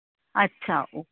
અચ્છા ઓ